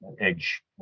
edge